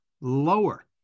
lower